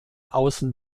außen